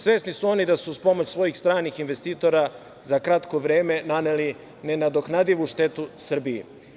Svesni su oni da su uz pomoć svojih stranih investitora za kratko vreme naneli nenadoknadivu štetu Srbiji.